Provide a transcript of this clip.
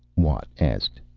watt asked.